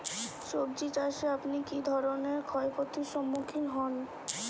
সবজী চাষে আপনি কী ধরনের ক্ষয়ক্ষতির সম্মুক্ষীণ হন?